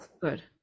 good